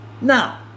Now